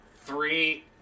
three